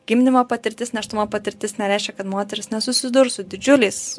gimdymo patirtis nėštumo patirtis nereiškia kad moteris nesusidurs su didžiuliais